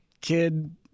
kid